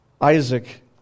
Isaac